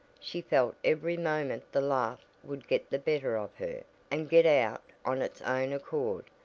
she felt every moment the laugh would get the better of her and get out on its own accord,